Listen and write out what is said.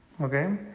okay